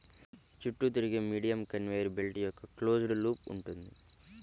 చుట్టూ తిరిగే medium conveyor belt యొక్క క్లోజ్డ్ లూప్ ఉంటుంది